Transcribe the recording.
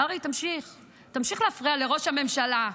קרעי, תמשיך, תמשיך להפריע לראש הממשלה.